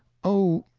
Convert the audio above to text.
oh,